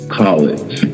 college